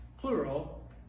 plural